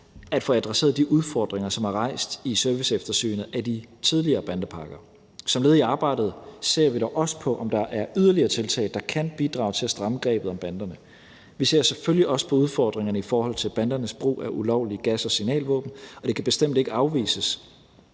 at få adresseret de udfordringer, som er rejst i serviceeftersynet af de tidligere bandepakker. Som led i arbejdet ser vi dog også på, om der er yderligere tiltag, der kan bidrage til at stramme grebet om banderne. Vi ser selvfølgelig også på udfordringerne i forhold til bandernes brug af ulovlige gas- og signalvåben, og det kan bestemt ikke afvises